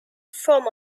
from